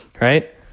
Right